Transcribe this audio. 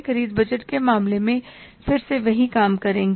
ख़रीद बजट के मामले में फिर से वही काम करेंगे